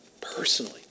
personally